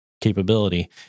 capability